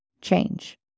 change